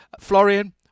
Florian